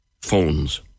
Phones